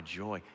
joy